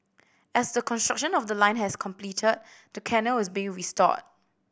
as the construction of the line has completed the canal is being restored